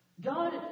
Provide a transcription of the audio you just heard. God